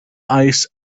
ice